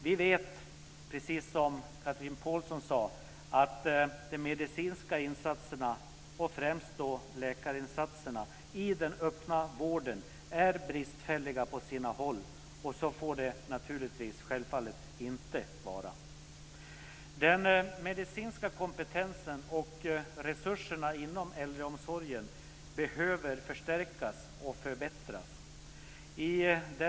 Vi vet, precis som Chatrine Pålsson sade, att de medicinska insatserna och främst läkarinsatserna i den öppna vården är bristfälliga på sina håll, och så får det naturligtvis inte vara. Den medicinska kompetensen och resurserna inom äldreomsorgen behöver förstärkas och förbättras.